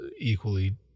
equally